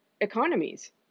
economies